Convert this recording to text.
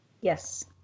Yes